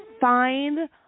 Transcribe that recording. find